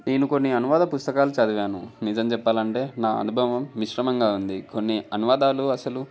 నేను కొన్ని అనువాద పుస్తకాలు చదివాను నిజం చెప్పాలంటే నా అనుభవం మిశ్రమంగా ఉంది కొన్ని అనువాదాలు అసలు